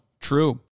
true